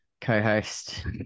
co-host